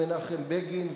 ומנחם בגין,